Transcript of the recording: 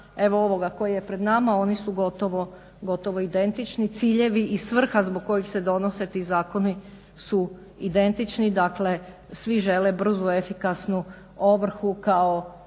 evo ovoga koji je pred nama oni su gotovo identični. Ciljevi i svrha zbog kojih se donose ti zakoni su identični. Dakle, svi žele brzu, efikasnu ovrhu kao